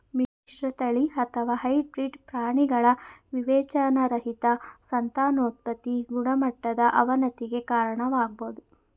ಮಿಶ್ರತಳಿ ಅಥವಾ ಹೈಬ್ರಿಡ್ ಪ್ರಾಣಿಗಳ ವಿವೇಚನಾರಹಿತ ಸಂತಾನೋತ್ಪತಿ ಗುಣಮಟ್ಟದ ಅವನತಿಗೆ ಕಾರಣವಾಗ್ಬೋದು